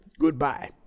Goodbye